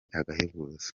agahebuzo